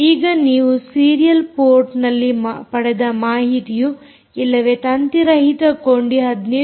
ಈಗ ನೀವು ಸೀರಿಯಲ್ ಪೋರ್ಟ್ನಲ್ಲಿ ಪಡೆದ ಮಾಹಿತಿಯು ಇಲ್ಲವೇ ತಂತಿರಹಿತ ಕೊಂಡಿ 15